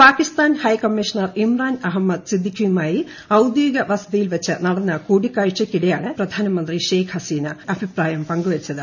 Pakistan high commissioner Imran Ahmad സിദ്ദിഖിയുമായി ഔദ്യോഗികവസതിയിൽവെച്ച് നടന്ന കൂടിക്കാഴ്ചയ്ക്കിടെയാണ് ബംഗ്ലാദേശ് പ്രധാനമന്ത്രി അഭിപ്രായം പങ്കുവെച്ചത്